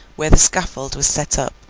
where the scaffold was set up,